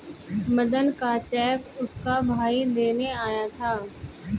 मदन का चेक उसका भाई देने आया था